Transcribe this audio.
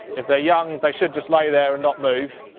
if they are young they should just lie there and not move.